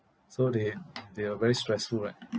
so they they are very stressful right